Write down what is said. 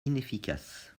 inefficace